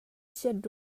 chiat